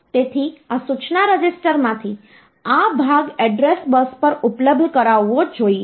તેથી આ સૂચના રજીસ્ટરમાંથી આ ભાગ એડ્રેસ બસ પર ઉપલબ્ધ કરાવવો જોઈએ